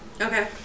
Okay